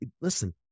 Listen